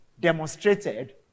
demonstrated